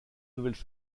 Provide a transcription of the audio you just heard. nouvelles